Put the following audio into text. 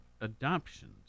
adoptions